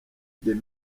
des